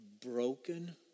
broken